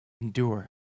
Endure